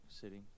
sitting